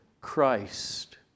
Christ